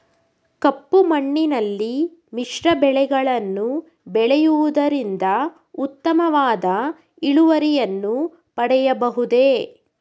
ಕಪ್ಪು ಮಣ್ಣಿನಲ್ಲಿ ಮಿಶ್ರ ಬೆಳೆಗಳನ್ನು ಬೆಳೆಯುವುದರಿಂದ ಉತ್ತಮವಾದ ಇಳುವರಿಯನ್ನು ಪಡೆಯಬಹುದೇ?